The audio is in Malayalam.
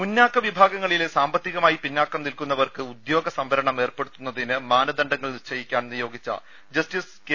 മുന്നാക്ക വിഭാഗങ്ങളിലെ സാമ്പത്തികമായി പിന്നാക്കം നിൽക്കുന്നവർക്ക് ഉദ്യോഗസംവരണം ഏർപ്പെടുത്തുന്നതിന് മാന ദണ്ഡങ്ങൾ നിശ്ചയിക്കാൻ നിയോഗിച്ച ജസ്റ്റിസ് കെ